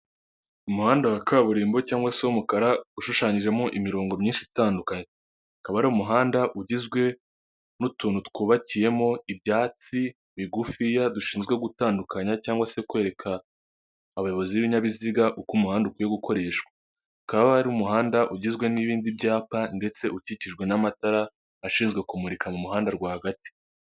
Umuhanda wa kaburimbo cyangwa se w'umukara ushushanyijemo imirongo myinshi itandukanye, akaba ari umuhanda ugizwe n'utuntu twubakiyemo ibyatsi bigufiya dushinzwe gutandukanya cyangwa se kwereka abayobozi b'ibinyabiziga uko umuhanda ukwiye gukoreshwa, hakaba hari umuhanda ugizwe n'ibindi byapa ndetse ukikijwe n'amatara ashinzwe kumurika mu muhanda rwagati.